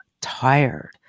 tired